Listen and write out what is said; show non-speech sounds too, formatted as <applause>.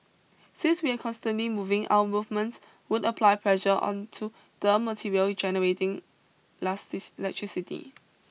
since we are constantly moving our movements would apply pressure onto the material generating <unintelligible> electricity